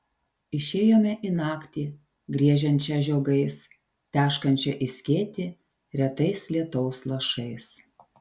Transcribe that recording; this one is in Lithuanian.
išėjome į naktį griežiančią žiogais teškančią į skėtį retais lietaus lašais